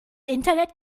internet